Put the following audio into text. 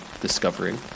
discovering